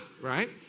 right